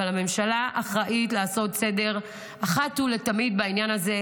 אבל הממשלה אחראית לעשות סדר אחת ולתמיד בעניין הזה,